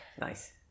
Nice